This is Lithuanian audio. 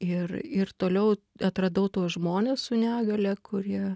ir ir toliau atradau tuos žmones su negalia kurie